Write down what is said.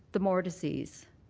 the more disease.